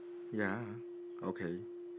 ya okay